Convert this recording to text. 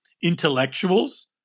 intellectuals